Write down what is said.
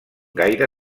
gaire